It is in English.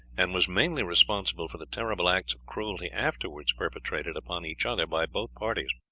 and was mainly responsible for the terrible acts of cruelty afterwards perpetrated upon each other by both parties.